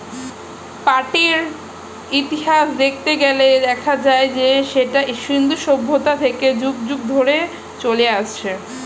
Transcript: পাটের ইতিহাস দেখতে গেলে দেখা যায় যে সেটা সিন্ধু সভ্যতা থেকে যুগ যুগ ধরে চলে আসছে